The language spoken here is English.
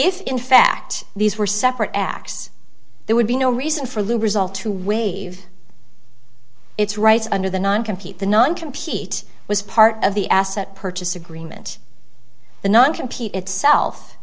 if in fact these were separate acts there would be no reason for lubrizol to waive its rights under the non compete the non compete was part of the asset purchase agreement the non compete itself